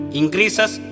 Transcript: increases